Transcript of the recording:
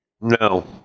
no